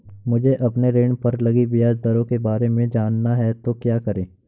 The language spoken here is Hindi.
मुझे अपने ऋण पर लगी ब्याज दरों के बारे में जानना है तो क्या करें?